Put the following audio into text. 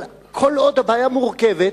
אבל כל עוד הבעיה מורכבת,